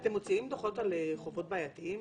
אתם מוציאים דוחות על חובות בעייתיים?